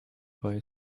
boy